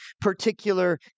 particular